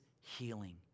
healing